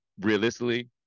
realistically